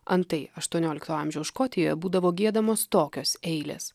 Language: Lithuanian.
antai aštuoniolikto amžiaus škotijoje būdavo giedamos tokios eilės